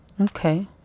Okay